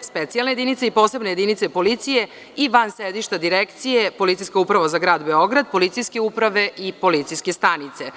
specijalne jedinice i posebne jedinice policije i van sedišta direkcije, Policijska uprava za Grad Beograd, policijske uprave i policijske stanice.